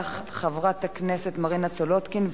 תודה רבה לך, חברת הכנסת מרינה סולודקין.